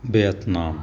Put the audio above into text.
Vietnam